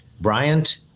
Bryant